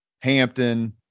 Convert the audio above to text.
Hampton